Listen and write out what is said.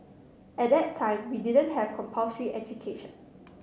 at that time we didn't have compulsory education